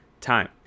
time